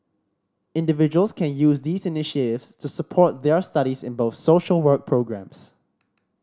individuals can use these to support their studies in both social work programmes